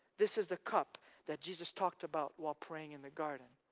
this is the cup that jesus talked about while praying in the garden,